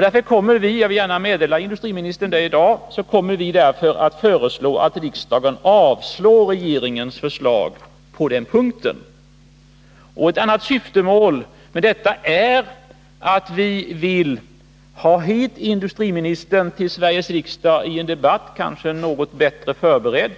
Därför kommer vi — jag vill gärna meddela industriministern det i dag — att föreslå att riksdagen avslår regeringens förslag på den punkten. Ett annat syfte med detta är att få industriministern hit till Sveriges riksdag för en debatt, kanske något bättre förberedd